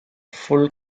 full